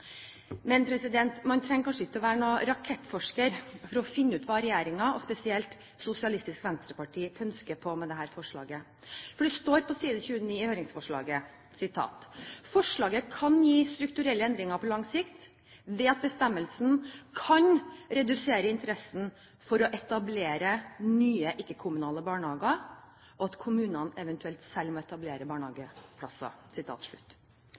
Men man trenger kanskje ikke å være rakettforsker for å finne ut hva regjeringen, og spesielt Sosialistisk Venstreparti, pønsker på når det gjelder dette forslaget. Det står på side 29 i høringsnotatet: «Forslaget kan gi strukturelle endringer på lang sikt, ved at bestemmelsene kan redusere interessen for å etablere nye ikke-kommunale barnehager og at kommunene eventuelt selv må etablere barnehageplasser.»